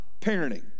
parenting